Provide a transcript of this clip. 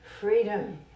freedom